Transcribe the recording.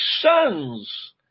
sons